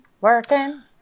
Working